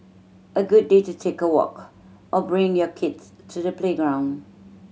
a good day to take a walk or bring your kids to the playground